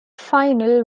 final